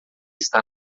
está